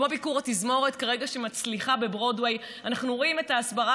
כמו ביקור התזמורת בברודווי כרגע,